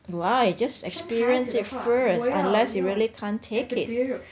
why just experience it first unless you really can't take it